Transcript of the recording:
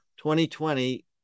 2020